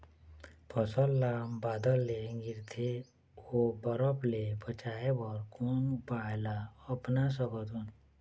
फसल ला बादर ले गिरथे ओ बरफ ले बचाए बर कोन उपाय ला अपना सकथन?